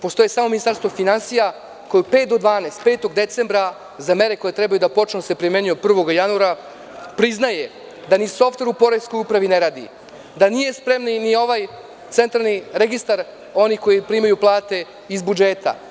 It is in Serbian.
Postoji samo Ministarstvo finansija koje u pet do dvanaest, 5. decembra za mere koje treba da počnu da se primenjuju od 1. januara, priznaje da ni softver u poreskoj upravi ne radi, da nije spreman centralni registar onih koji primaju plate iz budžeta.